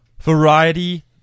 Variety